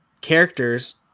characters